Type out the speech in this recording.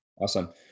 awesome